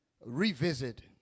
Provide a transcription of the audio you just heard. revisit